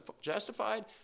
justified